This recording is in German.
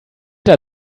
der